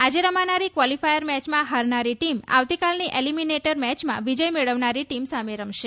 આજે રમાનારી ક્વાલીફાયર મેચમાં હારનારી ટીમ આવતીકાલની એલીમીનેટર મેચમાં વિજય મેળવનારી ટીમ સામે રમશે